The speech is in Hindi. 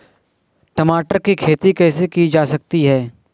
टमाटर की खेती कैसे की जा सकती है?